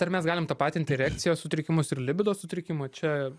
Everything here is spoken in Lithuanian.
ar mes galim tapatinti erekcijos sutrikimus ir libido sutrikimą čia